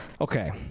okay